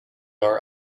are